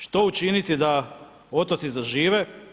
Što učiniti da otoci zažive?